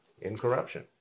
incorruption